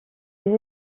des